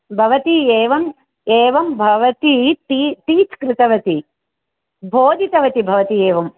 भवती एवम् एवं भवती टी टीच् कृतवती बोधितवती भवती एवं